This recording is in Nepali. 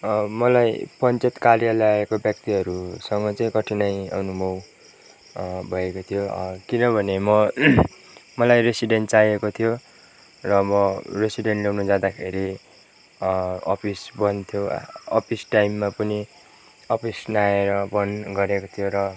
मलाई पञ्चायत कार्यालयको व्यक्तिहरूसँग चाहिँ कठिनाइ अनुभव भएको थियो किनभने म मलाई रेसिडेन्ट चाहिएको थियो र म रेसिडेन्ट लिनु जाँदाखेरि अफिस बन्द थियो अफिस टाइममा पनि अफिस नआएर बन्द गरेको थियो र